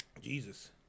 Jesus